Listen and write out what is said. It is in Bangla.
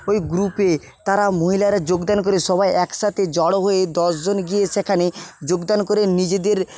ওই গ্রুপে তারা মহিলারা যোগদান করে সবাই একসাথে জড়ো হয়ে দশজন গিয়ে সেখানে যোগদান করে নিজেদের